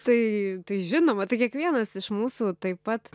tai tai žinoma tai kiekvienas iš mūsų taip pat